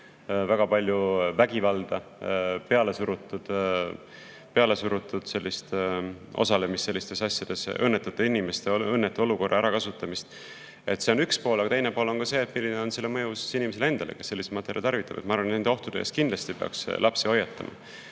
väga palju vägivalda, pealesurutud osalemist sellistes asjades, õnnetute inimeste õnnetu olukorra ärakasutamist. See on üks pool. Aga teine pool on see, milline on selle mõju inimesele endale, kes selliseid materjale tarvitab. Ma arvan, et nende ohtude eest peaks kindlasti lapsi hoiatama.